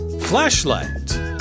Flashlight